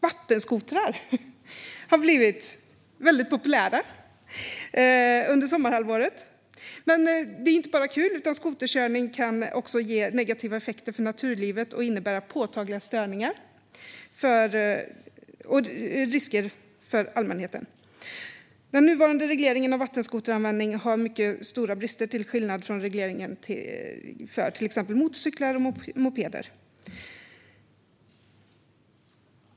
Vattenskotrar har blivit populära under sommarhalvåret. Men skoterkörning är inte bara kul. Det kan också leda till negativa effekter för naturlivet och innebära påtagliga störningar och risker för allmänheten. Den nuvarande regleringen av vattenskoteranvändning har mycket stora brister till skillnad från regleringen som gäller till exempel motorcyklar och mopeder.